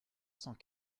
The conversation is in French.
cent